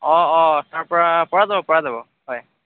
অঁ অঁ তাৰপৰা পৰা যাব পৰা যাব হয়